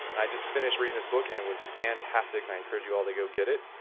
i just finished reading this book and it was fantastic and i encourage you all to go get it,